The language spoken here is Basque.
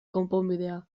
konponbidea